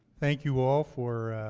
thank you all for